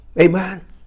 Amen